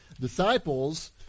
disciples